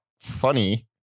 funny